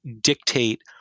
dictate